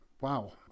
Wow